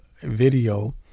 video